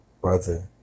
brother